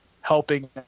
helping